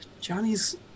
Johnny's